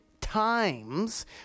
Times